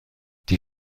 die